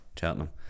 Cheltenham